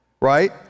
Right